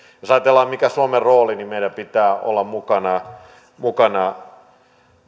jos ajatellaan mikä on suomen rooli niin meidän pitää olla mukana mukana